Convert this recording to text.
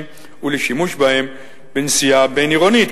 ולשימוש בהם בנסיעה בין-עירונית.